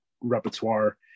repertoire